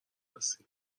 هستیم